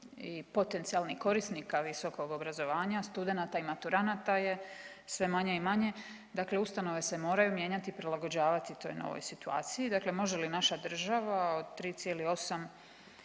i potencijalnih korisnika visokog obrazovanja, studenata i maturanata je sve manje i manje. Dakle, ustanove se moraju mijenjati, prilagođavati toj novoj situaciji. Dakle, može li naša država od 3,8